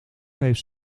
heeft